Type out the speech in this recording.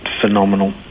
phenomenal